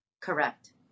Correct